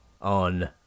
On